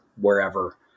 wherever